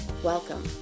Welcome